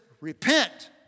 Repent